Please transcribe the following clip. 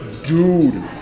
Dude